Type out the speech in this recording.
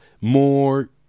more